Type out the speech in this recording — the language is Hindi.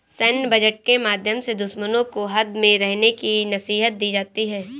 सैन्य बजट के माध्यम से दुश्मनों को हद में रहने की नसीहत दी जाती है